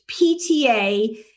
PTA